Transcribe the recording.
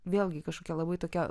vėlgi kažkokia labai tokia